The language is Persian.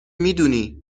میدونی